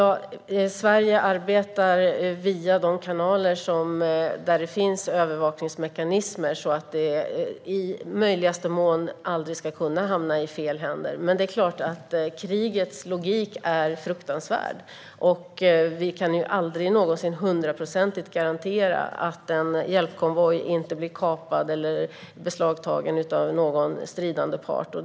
Herr talman! Sverige arbetar via kanaler där det finns övervakningsmekanismer, så att det aldrig ska kunna hamna i fel händer. Men det är klart att krigets logik är fruktansvärd. Vi kan aldrig någonsin hundraprocentigt garantera att en hjälpkonvoj inte blir kapad eller beslagtagen av någon stridande part.